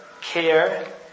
care